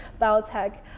biotech